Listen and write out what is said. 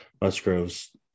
Musgrove's